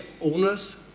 owners